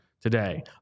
today